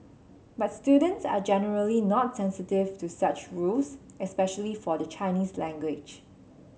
but students are generally not sensitive to such rules especially for the Chinese language